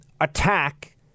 attack